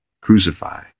Crucify